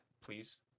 please